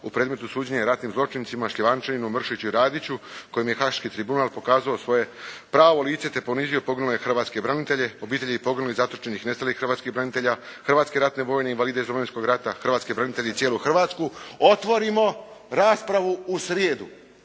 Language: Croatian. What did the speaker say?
u predmetu suđenja ratnim zločincima Šljivančaninu, Mršiću i Radiću kojim je Haški tribunal pokazao svoje pravo lice te ponizio poginule hrvatske branitelje, obitelji poginulih, zatočenih i nestalih hrvatskih branitelja, hrvatske ratne vojne invalide iz Domovinskog rata, hrvatske branitelje i cijelu Hrvatsku otvorimo raspravu u srijedu.